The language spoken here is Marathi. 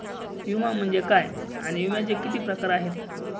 विमा म्हणजे काय आणि विम्याचे किती प्रकार आहेत?